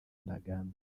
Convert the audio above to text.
ntaganda